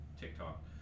TikTok